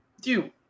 dude